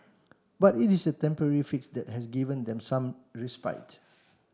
but it is a temporary fix that has given them some respite